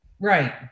Right